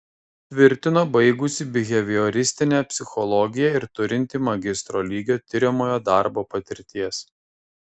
tvirtino baigusi bihevioristinę psichologiją ir turinti magistro lygio tiriamojo darbo patirties